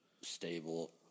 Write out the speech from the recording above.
stable